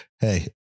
Hey